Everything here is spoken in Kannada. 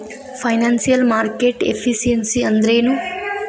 ಫೈನಾನ್ಸಿಯಲ್ ಮಾರ್ಕೆಟ್ ಎಫಿಸಿಯನ್ಸಿ ಅಂದ್ರೇನು?